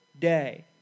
day